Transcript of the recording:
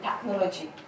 technology